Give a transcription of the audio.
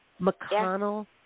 McConnell